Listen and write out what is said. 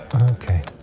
Okay